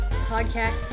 podcast